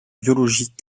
biologique